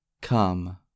come